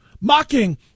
mocking